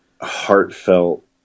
heartfelt